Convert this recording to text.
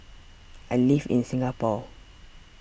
I live in Singapore